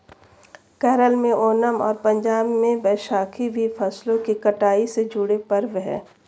केरल में ओनम और पंजाब में बैसाखी भी फसलों की कटाई से जुड़े पर्व हैं